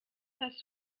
hast